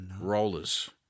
Rollers